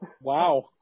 Wow